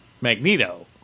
Magneto